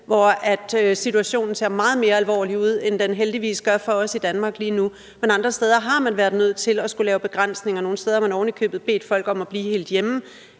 hvor situationen ser meget mere alvorlig ud, end den heldigvis gør for os i Danmark lige nu. Men andre steder har man været nødt til at skulle lave begrænsninger, og nogle steder har man ovenikøbet bedt folk om at blive helt hjemme.